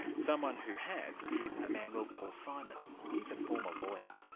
someone who has is a man we'll call simon. he's a former lawyer.